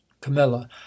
camilla